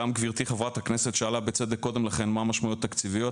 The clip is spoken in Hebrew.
גם גברתי חברת הכנסת שאלה בצדק קודם לכן: מה המשמעויות התקציביות?